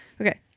Okay